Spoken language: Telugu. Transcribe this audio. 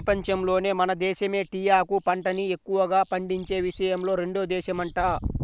పెపంచంలోనే మన దేశమే టీయాకు పంటని ఎక్కువగా పండించే విషయంలో రెండో దేశమంట